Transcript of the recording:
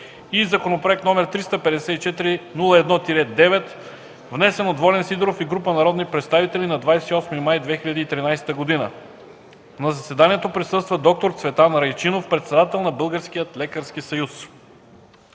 28 май 2013 г., и № 354-01-9, внесен от Волен Сидеров и група народни представители на 28 май 2013 г. На заседанието присъства д-р Цветан Райчинов – председател на Българския лекарски съюз.